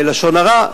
לשון הרע,